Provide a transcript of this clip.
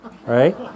right